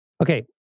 Okay